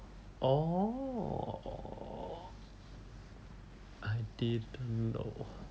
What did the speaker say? oh I didn't know